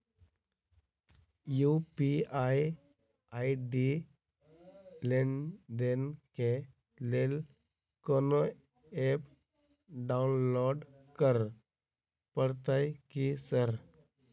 UPI ID लेनदेन केँ लेल कोनो ऐप डाउनलोड करऽ पड़तय की सर?